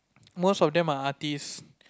most of them are artist